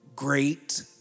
Great